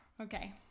Okay